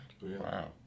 Wow